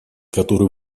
которой